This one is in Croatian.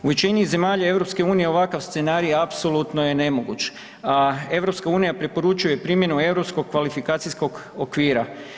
U većini zemalja EU ovakav scenarij je apsolutno je nemoguć, a EU preporučuje primjenu Europskog kvalifikacijskog okvira.